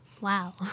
Wow